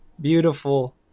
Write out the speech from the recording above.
beautiful